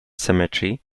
cemetery